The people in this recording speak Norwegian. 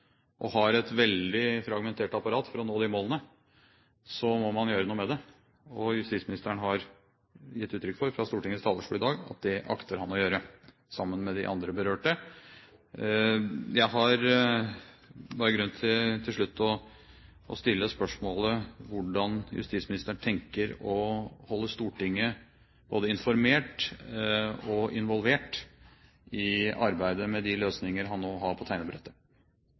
og har et veldig fragmentert apparat for å nå de målene, må man gjøre noe med det. Justisministeren har gitt uttrykk for fra Stortingets talerstol i dag at det akter han å gjøre, sammen med de andre berørte. Til slutt har jeg grunn til å stille spørsmålet: Hvordan tenker justisministeren å holde Stortinget både informert og involvert i arbeidet med de løsninger han nå har på tegnebrettet?